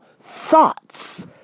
thoughts